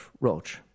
Roach